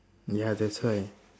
ya that's why